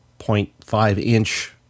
0.5-inch